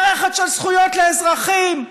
מערכת של זכויות לאזרחים,